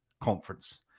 conference